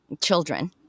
children